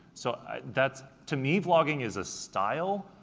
so that's, to me, vlogging is a style,